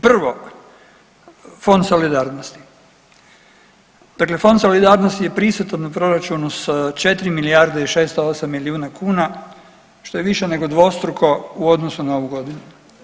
Prvo, Fond solidarnosti, dakle Fond solidarnosti je prisutan u proračunu s 4 milijarde i 608 milijuna kuna što je više nego dvostruko u odnosu na ovu godinu.